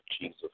Jesus